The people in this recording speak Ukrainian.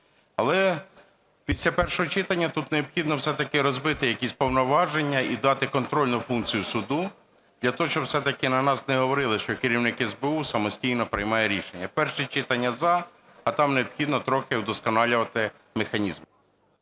Але після першого читання тут необхідно все-таки розбити якісь повноваження і дати контрольну функцію суду для того, щоб все-таки на нас не говорили, що керівник СБУ самостійно приймає рішення. Перше читання – за, а там необхідно трохи удосконалювати механізм.